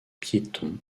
piétons